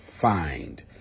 find